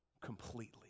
completely